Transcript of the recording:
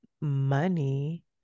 money